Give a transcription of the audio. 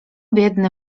biedny